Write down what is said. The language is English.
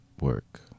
work